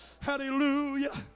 Hallelujah